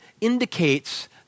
indicates